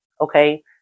Okay